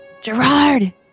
Gerard